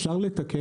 אפשר לתקן?